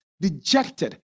dejected